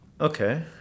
Okay